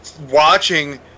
watching